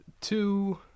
two